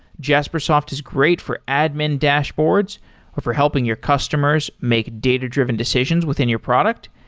jaspersoft is great for admin dashboards or for helping your customers make data-driven decisions within your product,